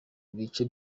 bice